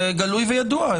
זה גלוי וידוע.